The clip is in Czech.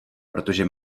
protože